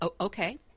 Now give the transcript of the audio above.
Okay